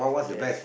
yes